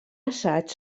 assaig